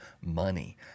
money